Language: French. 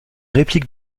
réplique